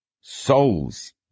souls